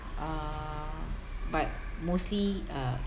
uh but mostly uh